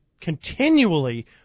continually